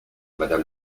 madame